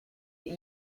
that